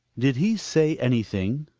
did he say anything?